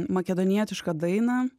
makedonietišką dainą